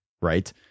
right